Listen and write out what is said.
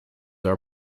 are